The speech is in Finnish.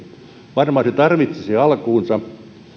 varmaan se tarvitsisi alkuunsa